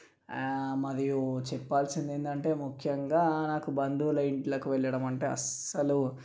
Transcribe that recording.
మరియు చెప్పాల్సిందేందంటే ముఖ్యంగా నాకు బంధువుల ఇంట్లకు వెళ్ళడం అంటే అస్సలు